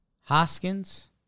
Hoskins